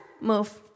move